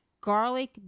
Garlic